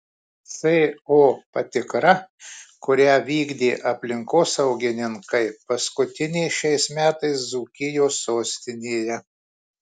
co patikra kurią vykdė aplinkosaugininkai paskutinė šiais metais dzūkijos sostinėje